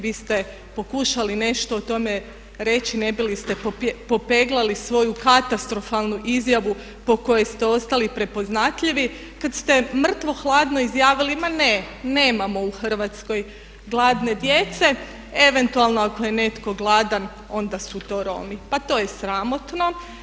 Vi ste pokušali nešto o tome reći ne bili ste popeglali svoju katastrofalnu izjavu po kojoj ste ostali prepoznatljivi kad ste mrtvo hladno izjavili, ma ne, nemamo u Hrvatskoj gladno djece, eventualno ako je netko gladan onda su to Romi, pa to je sramotno.